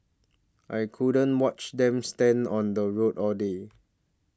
I couldn't watch them stand on the road all day